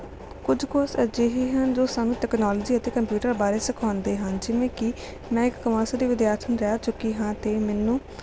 ਕੁਝ ਕੋਰਸ ਅਜਿਹੇ ਹਨ ਜੋ ਸਾਨੂੰ ਤਕਨਾਲੋਜੀ ਅਤੇ ਕੰਪਿਊਟਰ ਬਾਰੇ ਸਿਖਾਉਂਦੇ ਹਨ ਜਿਵੇਂ ਕਿ ਮੈਂ ਇੱਕ ਕਮਰਸ ਦੀ ਵਿਦਿਆਰਥਣ ਰਹਿ ਚੁੱਕੀ ਹਾਂ ਅਤੇ ਮੈਨੂੰ